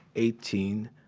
eighteen,